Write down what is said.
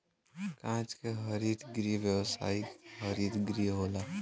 कांच के हरित गृह व्यावसायिक हरित गृह होला